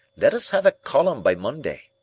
let us have a column by monday.